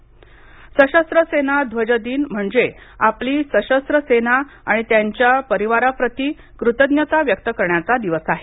सशस्त्र सेना ध्वजदिन म्हणजे आपली सशस्त्र सेना आणि त्यांच्या परिवाराप्रति कृतज्ञता व्यक्त करण्याचा दिवस आहे